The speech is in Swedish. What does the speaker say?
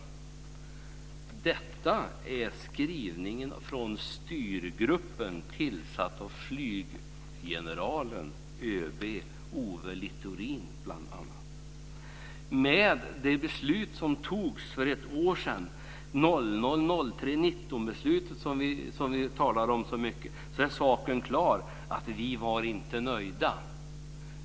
Detta är alltså utdrag ur skrivningen från Styrgruppen, tillsatt av bl.a. flyggeneralen ÖB Owe I och med det beslut som fattades för ett år sedan, den 19 mars 2000, och som vi talar om så mycket, så är saken klar. Vi var inte nöjda!